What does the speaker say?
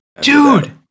Dude